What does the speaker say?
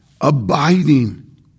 abiding